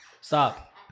Stop